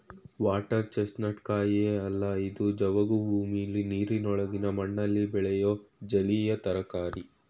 water chestnut ಕಾಯಿಯೇ ಅಲ್ಲ ಇದು ಜವುಗು ಭೂಮಿಲಿ ನೀರಿನೊಳಗಿನ ಮಣ್ಣಲ್ಲಿ ಬೆಳೆಯೋ ಜಲೀಯ ತರಕಾರಿ